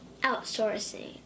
Outsourcing